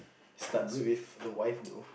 starts with the wife though